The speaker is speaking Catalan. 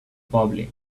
poble